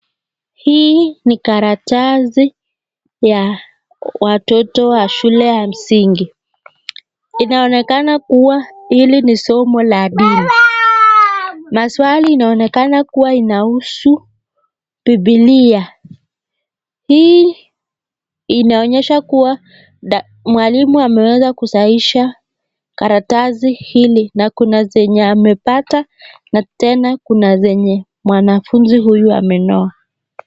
Hii ni karatasi ya watoto wa shule ya msingi, inaonekana kuwa hili ni somo la dini maswali inaonekana kuwa inahusu. Bibilia hii inaonyesha kuwa mwalimu ameweza kusahihisha karatasi hili na kuna zenye amepata na tena kuna zenye mwanafunzi huyu amenoa.